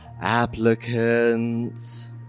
applicants